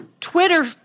Twitter